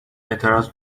اعتراض